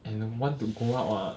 and I want to go out [what]